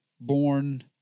Born